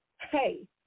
hey